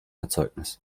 erzeugnis